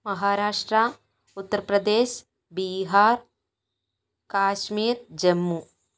Maharashtra Uttar Pradesh Bihar Kashmir Jammu